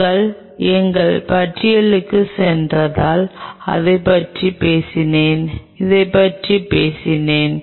நாங்கள் எங்கள் பட்டியலுக்குச் சென்றால் அதைப் பற்றி பேசினால் இதைப் பற்றி பேசினோம்